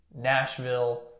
Nashville